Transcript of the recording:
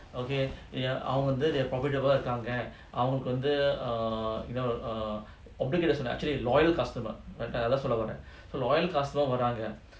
okay ya அவன்வந்து:avan vandhu err இருக்காங்கஅவனுக்குவந்து:irukanga avanuku vandhu err obligated சொன்னேன்:sonnen loyal customer that's what I wanted so loyal customer வராங்க:varanga